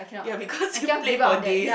ya because you played for days